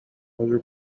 other